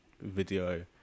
video